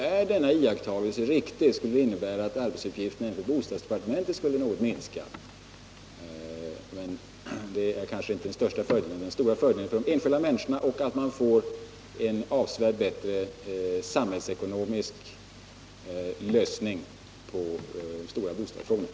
Om denna iakttagelse är riktig skulle det innebära att arbetsuppgifterna även för bostadsdepartementet något skulle minska. Men det kanske inte är den största fördelen. Den stora fördelen är att det gagnar de enskilda människorna och att man får en samhällsekonomiskt avsevärt bättre lösning av de stora bostadsfrågorna.